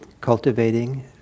cultivating